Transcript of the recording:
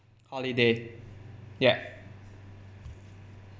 holiday ya